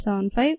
75 761